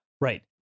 Right